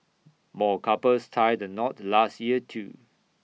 more couples tied the knot last year too